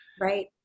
Right